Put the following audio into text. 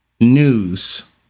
news